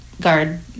guard